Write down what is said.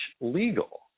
legal